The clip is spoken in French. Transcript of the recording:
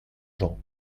jean